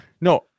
no